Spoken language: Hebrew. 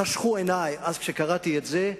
חשכו עיני אז כשקראתי את זה.